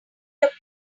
your